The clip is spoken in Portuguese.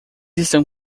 estão